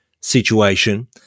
situation